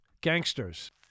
Gangsters